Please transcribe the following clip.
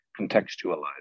contextualize